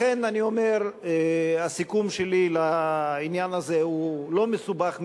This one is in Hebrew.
לכן אני אומר שהסיכום שלי לעניין הזה לא מסובך מדי.